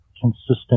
consistent